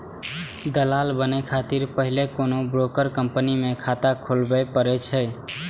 दलाल बनै खातिर पहिने कोनो ब्रोकर कंपनी मे खाता खोलबय पड़ै छै